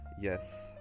Yes